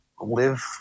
live